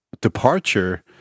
departure